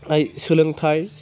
फ्राइ सोलोंथाइ